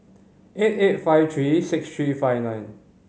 eight eight five three six three five nine